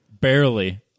barely